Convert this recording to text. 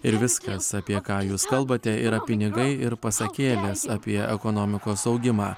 ir viskas apie ką jūs kalbate yra pinigai ir pasakėlės apie ekonomikos augimą